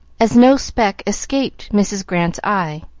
as no speck escaped mrs. grant's eye,